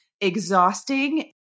exhausting